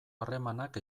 harremanak